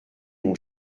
mon